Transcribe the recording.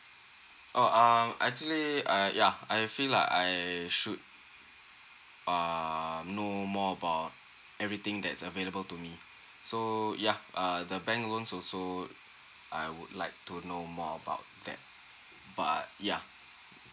err uh actually I yeah I feel like I should err know more about everything that's available to me so yeah uh the bank loan also I would like to know more about that but yeah